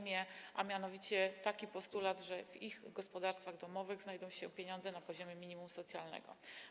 Mianowicie chodzi o taki postulat, że w ich gospodarstwach domowych znajdą się pieniądze na poziomie minimum socjalnego.